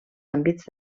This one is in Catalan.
àmbits